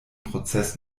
prozess